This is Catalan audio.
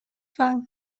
fang